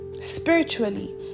spiritually